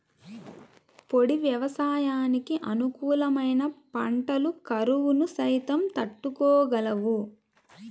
పొడి వ్యవసాయానికి అనుకూలమైన పంటలు కరువును సైతం తట్టుకోగలవు